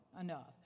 enough